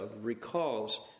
recalls